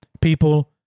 people